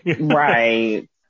Right